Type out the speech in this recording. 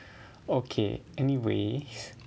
okay anyway